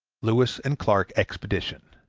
lewis and clark expedition.